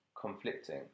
conflicting